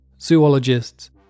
zoologists